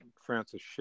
Francis